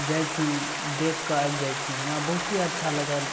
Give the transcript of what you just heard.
जाइ छी देखिकऽ आबि जाइ छी हमरा बहुते अच्छा लागल